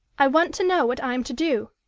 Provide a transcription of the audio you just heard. i want to know what i am to do.